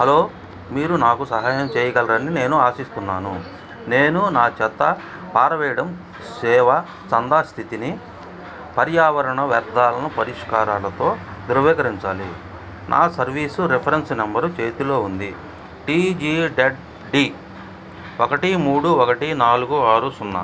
hello మీరు నాకు సహాయం చేయగలరని నేను ఆశిస్తున్నాను నేను నా చెత్త పారవేయడం సేవ చందా స్థితిని పర్యావరణ వ్యర్థాలను పరిష్కారాలతో ధృవీకరించాలి నా సర్వీసు రిఫరెన్స్ నంబరు చేతిలో ఉంది టిజిజెడ్డి ఒకటి మూడు ఒకటి నాలుగు ఆరు సున్నా